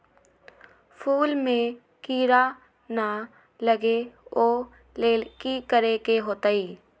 फूल में किरा ना लगे ओ लेल कि करे के होतई?